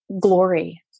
glory